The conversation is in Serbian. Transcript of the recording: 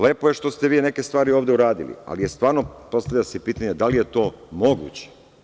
Lepo je što ste vi neke stvari ovde uradili, ali se stvarno postavlja pitanje da li je to moguće?